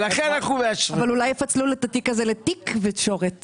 הפנייה התקציבית נועדה להעברת